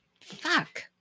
Fuck